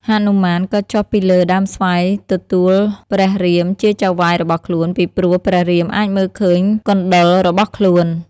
ហនុមានក៏ចុះពីលើ ដើមស្វាយទទួលព្រះរាមជាចៅហ្វាយរបស់ខ្លួន ពីព្រោះព្រះរាមអាចមើលឃើញកុណ្ឌលរបស់ ខ្លួន។